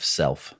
self